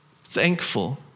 thankful